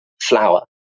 flower